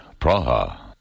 Praha